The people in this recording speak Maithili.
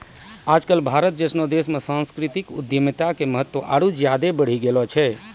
आज कल भारत जैसनो देशो मे सांस्कृतिक उद्यमिता के महत्त्व आरु ज्यादे बढ़ि गेलो छै